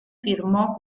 firmò